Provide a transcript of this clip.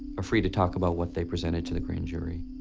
are free to talk about what they presented to the grand jury.